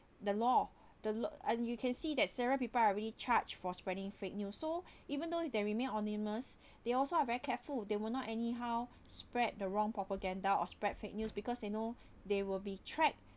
the law the law and you can see that several people already charge for spreading fake news so even though that remain on anonymous they also are very careful they will not anyhow spread the wrong propaganda or spread fake news because they know they will be tracked